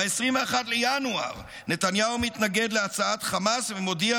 ב-21 בינואר נתניהו מתנגד להצעת חמאס ומודיע,